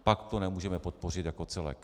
Pak to nemůžeme podpořit jako celek.